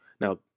Now